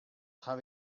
haw